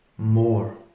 more